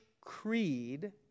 creed